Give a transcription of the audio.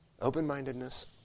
open-mindedness